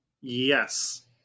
Yes